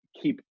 keep